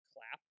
Clap